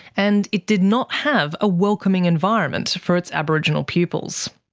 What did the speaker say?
and it did not have a welcoming environment for its aboriginal pupils.